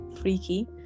freaky